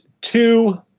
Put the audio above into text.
two